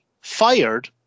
fired